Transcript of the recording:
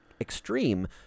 extreme